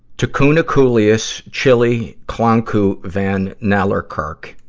takunah cooliest chilly klanku van nellerkirk